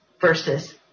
Versus